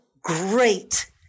great